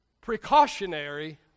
precautionary